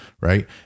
right